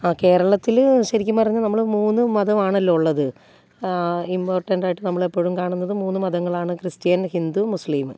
ആ കേരളത്തിൽ ശരിക്കും പറഞ്ഞാൽ നമ്മൾ മൂന്ന് മതമാണല്ലോ ഉള്ളത് ഇമ്പോർട്ടൻ്റ് ആയിട്ട് നമ്മൾ ഏപ്പോഴും കാണുന്നതും മൂന്ന് മതങ്ങളാണ് ക്രിസ്റ്റ്യൻ ഹിന്ദു മുസ്ലിംമ്